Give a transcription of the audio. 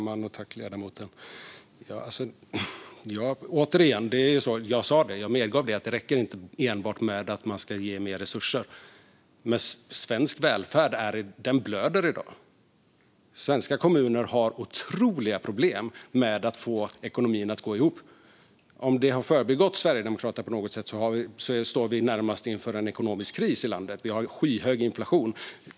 Fru talman! Återigen - jag medgav att det inte räcker att enbart ge mer resurser. Men svensk välfärd blöder i dag. Svenska kommuner har otroliga problem med att få ekonomin att gå ihop. Om det har gått Sverigedemokraterna förbi på något sätt kan jag berätta att vi står inför närmast en ekonomisk kris i landet. Vi har skyhög inflation.